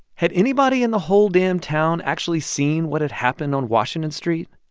had anybody in the whole damn town actually seen what had happened on washington street?